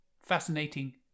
fascinating